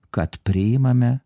kad priimame